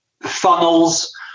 funnels